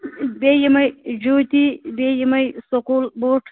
بیٚیہِ یِمَے جوٗتی بیٚیہِ یِمَے سکوٗل بوٗٹھ